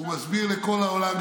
והוא מסביר לכל העולם,